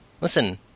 Listen